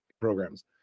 programs